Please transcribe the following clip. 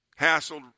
Hassled